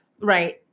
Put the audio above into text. Right